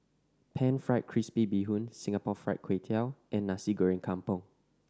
Pan Fried Crispy Bee Hoon Singapore Fried Kway Tiao and Nasi Goreng Kampung